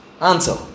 answer